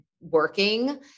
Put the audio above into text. working